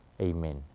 Amen